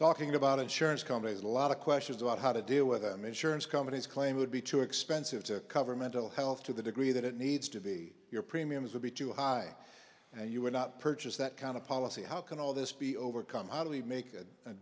talking about insurance companies a lot of questions about how to deal with them insurance companies claim would be too expensive to cover mental health to the degree that it needs to be your premiums would be too high and you would not purchase that kind of policy how can all this be overcome how do we make a